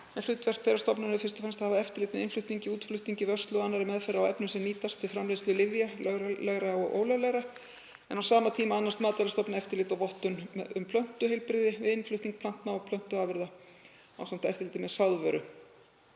en hlutverk þeirrar stofnunar er fyrst og fremst að hafa eftirlit með innflutningi, útflutningi, vörslu og annarri meðferð á efnum sem nýtast við framleiðslu lyfja, löglegra og ólöglegra, en á sama tíma annast Matvælastofnun eftirlit og vottun um plöntuheilbrigði við innflutning plantna og plöntuafurða ásamt eftirliti með sáðvöru.